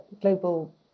global